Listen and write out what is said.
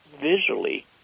visually